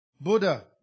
Buddha